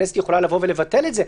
הכנסת יכולה לבטל את זה,